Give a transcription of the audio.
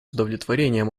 удовлетворением